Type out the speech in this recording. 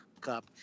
Cup